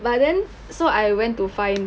but then so I went to find